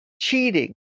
cheating